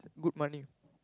good money